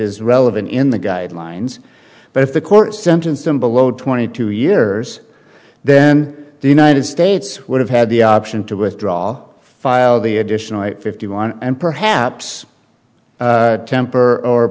is relevant in the guidelines but if the court sentenced him below twenty two years then the united states would have had the option to withdraw file the additional fifty one and perhaps temper or